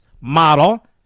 model